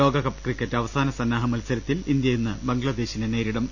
ലോകകപ്പ് ക്രിക്കറ്റ് അവസാന സന്നാഹ മത്സരത്തിൽ ഇന്ത്യ ഇന്ന് ബംഗ്ലാദേശിനെ നേരിടും